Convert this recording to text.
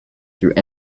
through